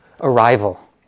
arrival